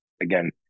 again